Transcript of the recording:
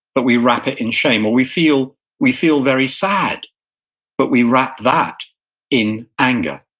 but we wrap it in shame, or we feel we feel very sad but we wrap that in anger,